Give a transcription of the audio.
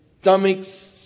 stomachs